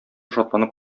шатланып